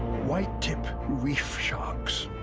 whitetip reef sharks.